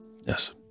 Yes